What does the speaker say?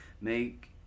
make